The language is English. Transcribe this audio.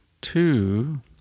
two